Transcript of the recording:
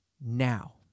now